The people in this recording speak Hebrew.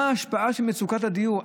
מה ההשפעה של מצוקת הדיור?